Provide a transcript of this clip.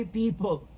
people